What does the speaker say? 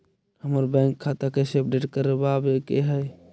हमर बैंक खाता कैसे अपडेट करबाबे के है?